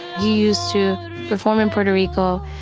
he used to perform in puerto rico.